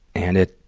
and it,